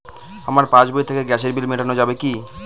আমার পাসবই থেকে গ্যাসের বিল মেটানো যাবে কি?